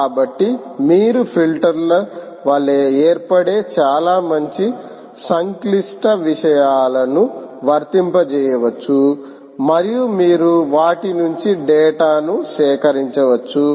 కాబట్టి మీరు ఫిల్టర్ల వలె ఏర్పడే చాలా మంచి సంక్లిష్ట నియమాలను వర్తింపజేయవచ్చు మరియు మీరు వాటి నుండి డేటా ను సేకరించవచ్చు